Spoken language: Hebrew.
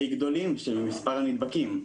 די גדולים של מספר נדבקים.